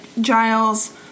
Giles